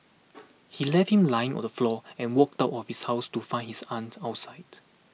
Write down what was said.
he left him lying on the floor and walked out of his house to find his aunt outside